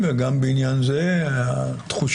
חבריי וחברותיי,